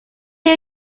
who